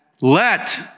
let